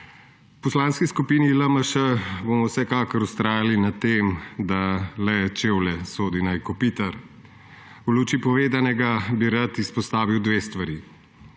V Poslanski supini LMŠ bomo vsekakor vztrajali pri tem, da le čevlje sodi naj kopitar. V luči povedanega bi rad izpostavili dve stvari.